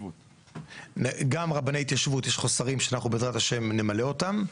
גם רבני התיישבות יש חוסרים שבעזרה ה' נמלא אותם,